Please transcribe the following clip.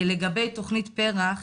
לגבי תכנית פר"ח,